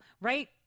Right